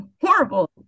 horrible